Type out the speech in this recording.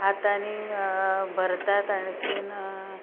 हातांनी भरतात आणखी